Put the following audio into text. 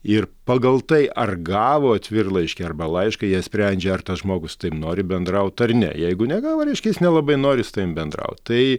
ir pagal tai ar gavo atvirlaiškį arba laišką jie sprendžia ar tas žmogus taip nori bendrauti ar ne jeigu negavo ryškiais nelabai noris bendraut tai